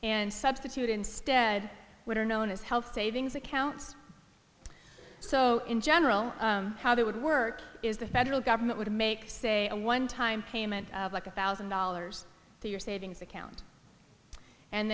and substitute instead what are known as health savings accounts so in general how that would work is the federal government would make say a one time payment of like a thousand dollars to your savings account and